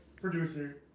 Producer